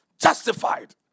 Justified